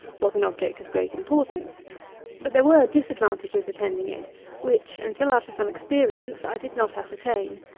was an object of great importance but there were disadvantages attending it which until after some experience, i did not ascertain.